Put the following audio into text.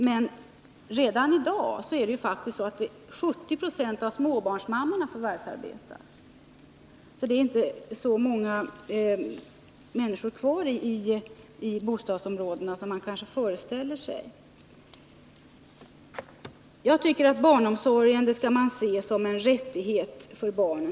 Men redan i dag är det faktiskt 70 20 av småbarnsmammorna som förvärvsarbetar — det är inte så många människor kvar i bostadsområdena som man kanske föreställer sig. Jag tycker att man skall se barnomsorgen som en rättighet för barnen.